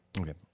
Okay